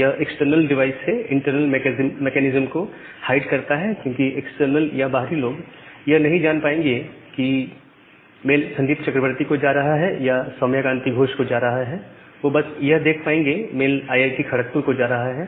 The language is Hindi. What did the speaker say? यह एक्सटर्नल डिवाइस से इंटरनल मेकैनिज्म को हाइड करता है क्योंकि एक्सटर्नल या बाहरी लोग यह नहीं जान पाएंगे कि मेल संदीप चक्रवर्ती को जा रहा है या सौम्यकांति घोष को जा रहा है वो बस यह देख पाएंगे मेल आईआईटी खड़कपुर को जा रहा है